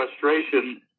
frustration